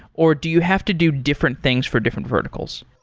or do you have to do different things for different verticals?